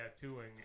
tattooing